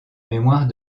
mémoire